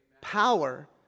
power